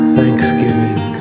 Thanksgiving